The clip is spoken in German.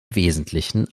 wesentlichen